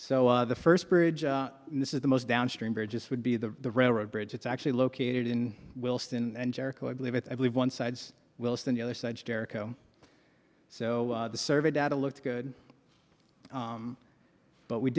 so the first bridge and this is the most downstream bridges would be the railroad bridge it's actually located in wilson and jericho i believe it i believe one side's wilson the other side jericho so the survey data looked good but we